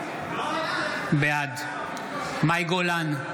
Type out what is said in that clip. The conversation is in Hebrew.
בעד מאי גולן,